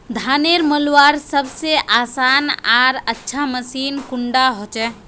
धानेर मलवार सबसे आसान आर अच्छा मशीन कुन डा होचए?